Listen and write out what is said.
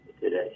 today